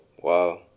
Wow